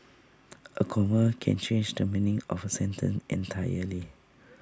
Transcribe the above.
A comma can change the meaning of A sentence entirely